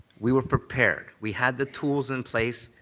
we were prepared. we had the tools in place,